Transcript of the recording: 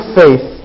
faith